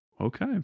Okay